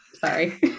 sorry